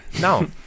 no